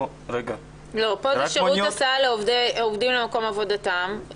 פה זה שירות הסעה לעובדים למקום עבודתם.